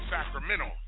Sacramento